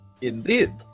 Indeed